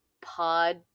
pod